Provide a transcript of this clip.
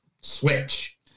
switch